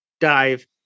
dive